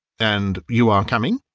and you are coming?